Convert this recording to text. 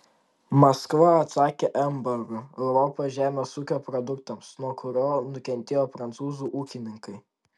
maskva atsakė embargu europos žemės ūkio produktams nuo kurio nukentėjo prancūzų ūkininkai